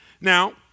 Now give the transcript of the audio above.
Now